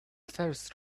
first